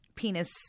penis